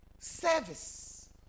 Service